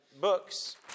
books